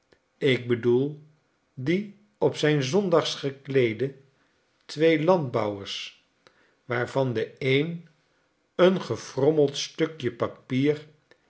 ik bedoel die op zijn zondags gekleede twee landbouwers waarvan de een een gefrommeld stukje papier